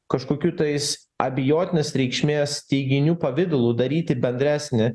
kažkokių tais abejotinos reikšmės teiginių pavidalu daryti bendresnį